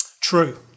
True